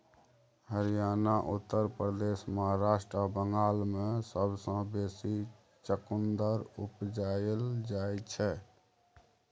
हरियाणा, उत्तर प्रदेश, महाराष्ट्र आ बंगाल मे सबसँ बेसी चुकंदर उपजाएल जाइ छै